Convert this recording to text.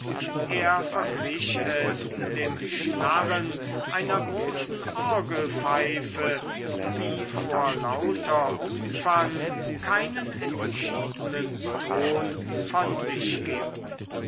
er verglich es dem schnarren einer großen orgelpfeife die vor lauter umfang keinen entschiedenen ton von sich gibt